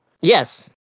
Yes